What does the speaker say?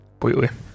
completely